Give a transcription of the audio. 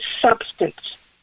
substance